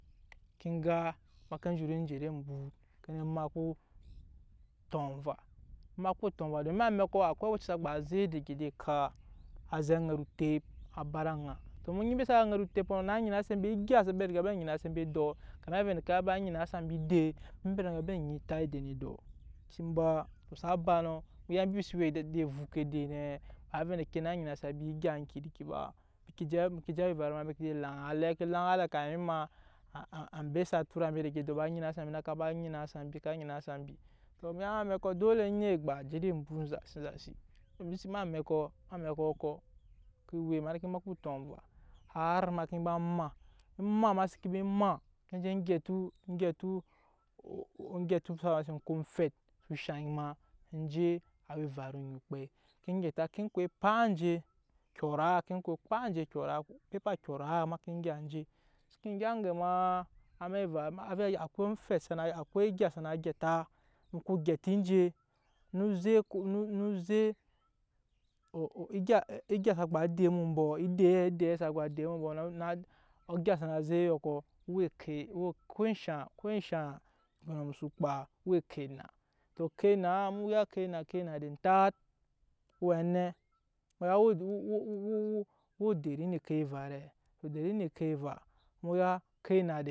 Ke ga ma ke zhuru je ed'embut ke je makpu tɔnva makpa tɔnva don em'amɛkɔ akwai awɛci sa gba zek daga ed'eka sa zek aŋɛt otep á ba ed'aŋa tɔ mu nyi embe sa we aŋɛt otepɔ nɔ na nyinase mbe egya sa ba riga ba nyinase mbe edɔ kamin avɛ endeke á ba nyinasa mbi edei embe rigaya embi nyi atat edet edɔ mu ya mbi se we ed'evupe edei nɛ ba wai vɛ á naa nyinasa mbi egya se we eŋke kirki ba mbi ke je awa everu ma mbi ke je laŋa alɛ, kami ma ambe sa tura mbe daga edɔ ba nyinasa mbi naka ba nyinasa mbi nyinasa mbi ka nyinasa mbi tɔ mu ya em'amɛkɔ dole onet gba je ed'embut enzasi zasi em'amɛkɔ ma neke makpa otɔnva har ma ke ba maa emaa ma seke ba maa enje gyetu omfɛt awa so shaŋ ma en je awa evaru onyi okpɛi eŋke gyeta ke ko empa enje okyɔraa seke gya aŋge ma avɛ akwai egya sana gyeta mu ko gyeta nje no zek egya sa gba dei mu embɔ edei e we ne ekop enna tɔ ekop enna mu ya ekopa enna edɛ entat á we á nɛ? o we odɛri ne ekop eva.